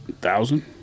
thousand